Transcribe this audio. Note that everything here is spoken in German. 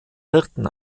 hirten